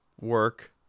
work